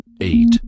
eight